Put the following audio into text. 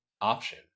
option